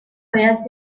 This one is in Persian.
باید